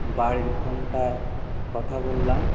বাড়ির ফোনটায় কথা বললাম